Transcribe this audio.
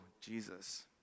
Jesus